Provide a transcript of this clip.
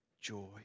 joy